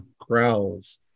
growls